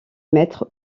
mettre